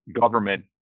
government